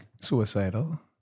suicidal